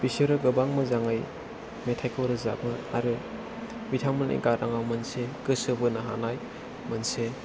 बिसोरो गोबां मोजाङै मेथायखौ रोजाबो आरो बिथांमोननि गाराङाव मोनसे गोसो बोनो हानाय मोनसे